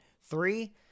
Three